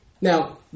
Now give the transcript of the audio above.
Now